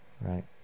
right